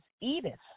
Edith